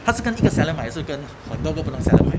他是跟一个 seller 买还是跟很多不同 seller 买